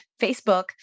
Facebook